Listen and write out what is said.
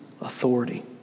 authority